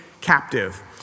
captive